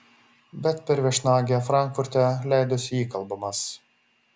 bet per viešnagę frankfurte leidosi įkalbamas